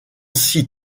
six